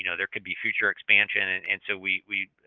you know there could be future expansion, and and so we we